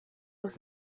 was